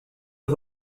est